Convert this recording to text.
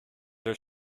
are